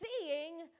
seeing